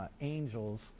angels